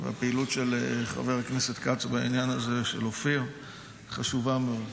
והפעילות של חבר הכנסת אופיר כץ בעניין הזה חשובה מאוד.